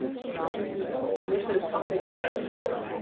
they are saying, oh, this is something metaphorical.